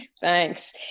Thanks